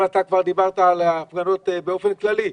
אבל אתה כבר דיברת על ההפגנות באופן כללי.